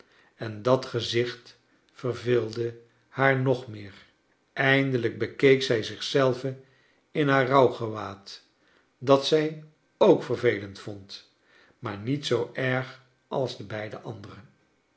en dat gezicht verveelde haar nog meer eindelijk bekeek zij zich zelve in haar rouwgewaad dat zij ook vervelend vond maar niet zoo erg als de beide andere